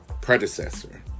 predecessor